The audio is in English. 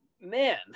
Man